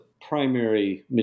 primary